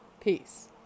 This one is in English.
peace